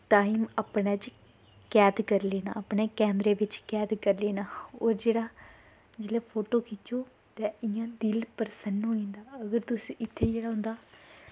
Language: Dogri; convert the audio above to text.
टाईम अपने च कैद करी लैना अपने कैमरे बिच्च कैद करी लैना ओह् जेह्ड़ा जेल्लै फोटो खिच्चो ते इ'यां दिल प्रसन्न होई जंदा अगर तुस इत्थें जेह्ड़ा उं'दा